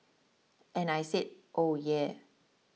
and I said yeah